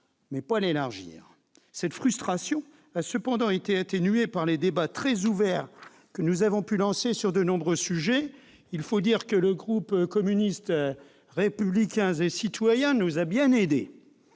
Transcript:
mais pas l'élargir. Cette frustration a cependant été atténuée par les débats très ouverts que nous avons pu lancer sur nombre de sujets. Il faut dire que le groupe communiste républicain et citoyen nous a bien aidés